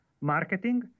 marketing